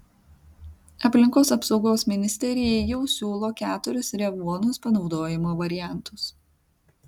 aplinkos apsaugos ministerijai jau siūlo keturis revuonos panaudojimo variantus